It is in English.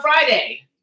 Friday